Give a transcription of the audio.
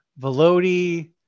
velody